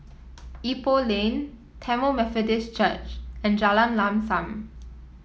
Ipoh Lane Tamil Methodist Church and Jalan Lam Sam